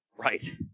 Right